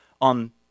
on